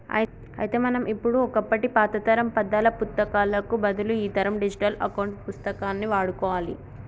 అయితే మనం ఇప్పుడు ఒకప్పటి పాతతరం పద్దాల పుత్తకాలకు బదులు ఈతరం డిజిటల్ అకౌంట్ పుస్తకాన్ని వాడుకోవాలి